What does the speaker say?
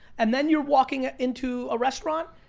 and then you're walking into a restaurant,